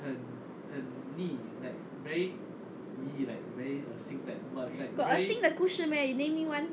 got 恶心的故事 meh you name me one